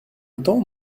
autant